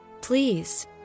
Please